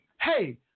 Hey